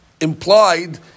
implied